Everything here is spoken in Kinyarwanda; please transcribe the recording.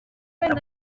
bafite